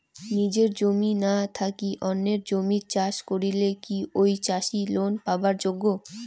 নিজের জমি না থাকি অন্যের জমিত চাষ করিলে কি ঐ চাষী লোন পাবার যোগ্য?